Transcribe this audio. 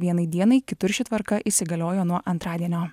vienai dienai kitur ši tvarka įsigaliojo nuo antradienio